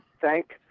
thank